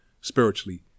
spiritually